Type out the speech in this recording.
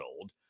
old